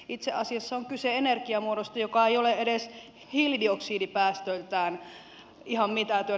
itse asiassa on kyse energiamuodosta joka ei ole edes hiilidioksidipäästöiltään ihan mitätön